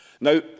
Now